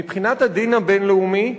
מבחינת הדין הבין-לאומי,